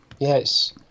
Yes